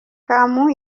kamau